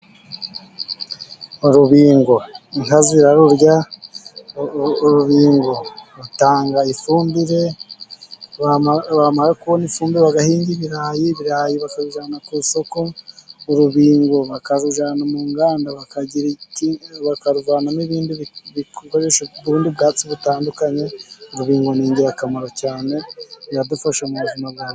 Urubingo inka zirarurya, urubingo rutanga ifumbire , bamara kubona ifumbire bagahinga ibirayi, ibirayi bakabijyana ku isoko, urubingo bakarujyana mu nganda bakagirati bakavanamo ubundi bwatsi butandukanye, urubingo ni ingirakamaro cyane biradufasha mu buzima bwa....